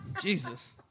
Jesus